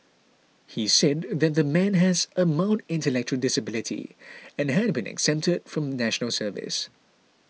he said that the man has a mild intellectual disability and had been exempted from National Service